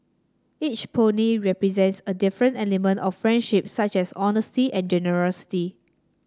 each pony represents a different element of friendship such as honesty and generosity